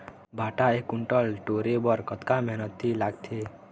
भांटा एक कुन्टल टोरे बर कतका मेहनती लागथे?